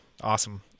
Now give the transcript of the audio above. Awesome